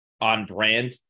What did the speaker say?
on-brand